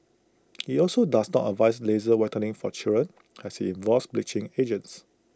he also does not advise laser whitening for children as IT involves bleaching agents